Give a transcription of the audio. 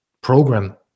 program